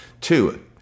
Two